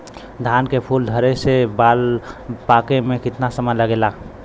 धान के फूल धरे से बाल पाके में कितना समय लागेला?